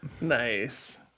Nice